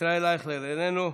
ישראל אייכלר, איננו,